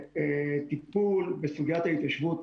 טיפול בסוגיית ההתיישבות